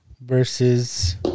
versus